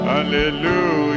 Hallelujah